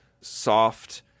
soft